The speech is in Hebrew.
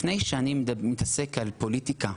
לפני שאני מתעסק בפוליטיקה,